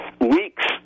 weeks